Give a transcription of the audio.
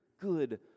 good